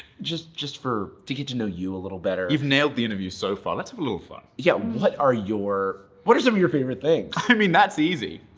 just just for. to get to know you a little better you've nailed the interview so far, let's have a little fun. yeah. what are your. what are some of your favorite things? i mean, that's easy.